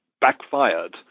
backfired